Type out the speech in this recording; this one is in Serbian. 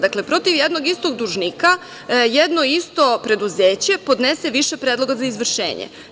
Dakle, protiv jednog istog dužnika jedno isto preduzeće podnese više predloga za izvršenje.